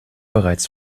bereits